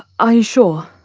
ah are you sure?